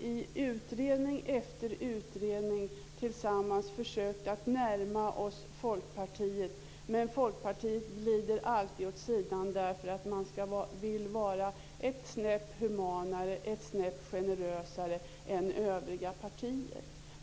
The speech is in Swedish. i utredning efter utredning tillsammans försökt närma oss Folkpartiet, men Folkpartiet glider alltid åt sidan, eftersom man vill vara ett snäpp humanare och generösare än övriga partier.